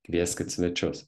kvieskit svečius